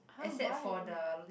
except for the lift